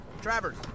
Travers